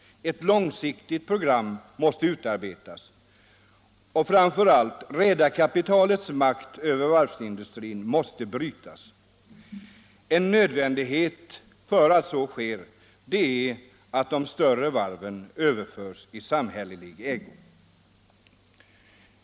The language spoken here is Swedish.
Ett långsiktigt program måste utarbetas. Och framför allt: redarkapitalets makt över varvsindustrin måste brytas. En nödvändighet för att så skall kunna ske är att de större varven överförs i samhällelig ägo.